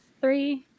three